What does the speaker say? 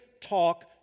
talk